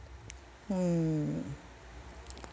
hmm